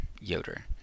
Yoder